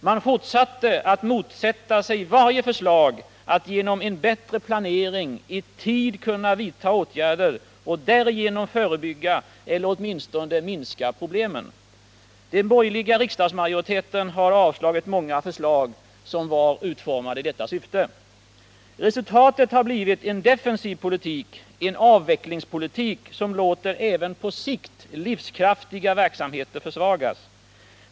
Man fortsatte att motsätta sig varje förslag att genom en bättre planering i tid kunna vidta åtgärder och därigenom förebygga eller åtminstone minska problemen. Den borgerliga riksdagsmajoriteten har avslagit många förslag som var utformade i detta syfte. Resultatet har blivit en defensiv politik, en avvecklingspolitik som låter även på sikt livskraftiga verksamheter försvagas.